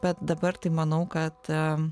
bet dabar tai manau kad